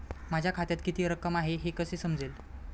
माझ्या खात्यात किती रक्कम आहे हे कसे समजेल?